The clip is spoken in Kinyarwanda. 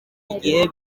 igihe